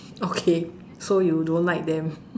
okay so you don't like them